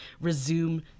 resume